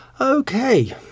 Okay